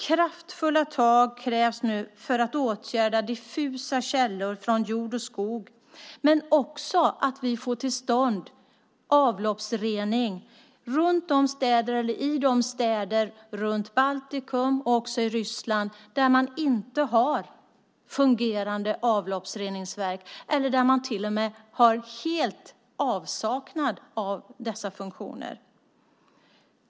Kraftfulla tag krävs nu för att åtgärda diffusa källor från jord och skog men också för att få till stånd avloppsrening i de städer runt om i Baltikum och Ryssland där man inte har fungerande avloppsreningsverk eller där man till och med helt är i avsaknad av dessa funktioner.